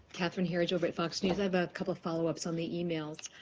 catherine herridge over at fox news. i have a couple of follow-ups on the emails.